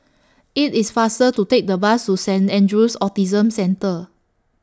IT IS faster to Take The Bus to Saint Andrew's Autism Centre